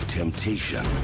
temptation